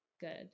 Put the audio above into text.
good